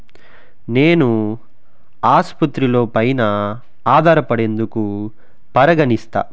నేను ఆసుపత్రుల పైన ఆధారపడేందుకు పరిగణిస్తా